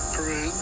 Peru